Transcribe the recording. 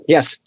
Yes